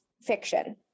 fiction